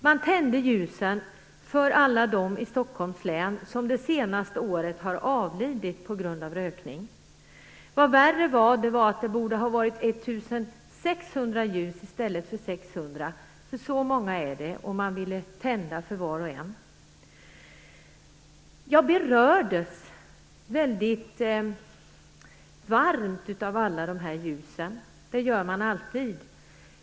Man tände ljusen för alla dem i Stockholms län som det senaste året har avlidit på grund av rökning. Det värsta är att det egentligen borde ha varit 1 600 ljus i stället för 600, för så många handlar det faktiskt om. Jag berördes väldigt varmt av alla de här ljusen. Det gör man alltid.